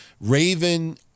Raven